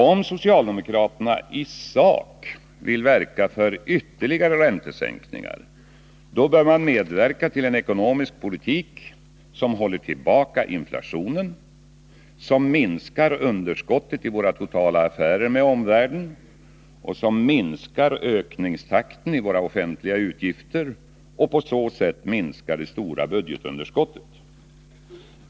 Om socialdemokraterna i sak vill verka för ytterligare räntesänkningar, bör de medverka till en ekonomisk politik som håller tillbaka inflationen, som minskar underskottet i våra totala affärer med omvärlden och som minskar ökningstakten i våra offentliga utgifter och på så sätt minskar det stora budgetunderskottet.